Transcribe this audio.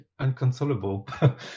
unconsolable